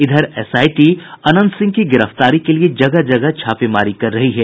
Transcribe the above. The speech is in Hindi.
इधर एसआईटी अनंत सिंह की गिरफ्तारी के लिए जगह जगह छापेमारी कर रही है